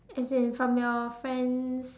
as in from your friends